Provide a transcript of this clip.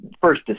first